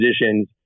positions